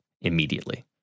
immediately